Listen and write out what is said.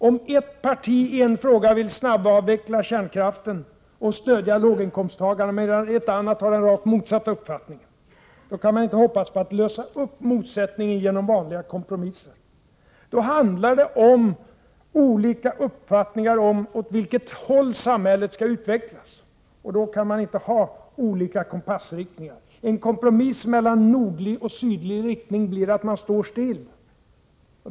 Om ett parti i en fråga vill snabbavveckla kärnkraften och stödja låginkomsttagarna, medan ett annat har rakt motsatt uppfattning, kan man inte hoppas på att kunna lösa upp motsättningarna genom vanliga kompromisser. Då handlar det om olika uppfattningar om åt vilket håll samhället skall utvecklas, och då kan man inte ha olika kompassriktningar. En kompromiss mellan nordlig och sydlig riktning blir att man står stilla.